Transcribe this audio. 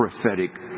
prophetic